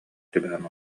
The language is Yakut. түбэһэн